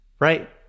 Right